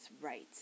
right